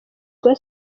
guha